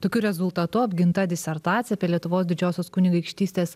tokiu rezultatu apginta disertacija apie lietuvos didžiosios kunigaikštystės